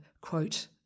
quote